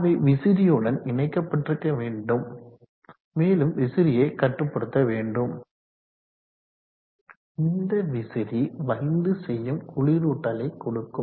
அவை விசிறியுடன் இணைக்கப்பட்டுருக்க வேண்டும் மேலும் விசிறியை கட்டுப்படுத்த வேண்டும் இந்த விசிறி வலிந்து செய்யும் குளிரூட்டலை கொடுக்கும்